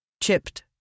chipped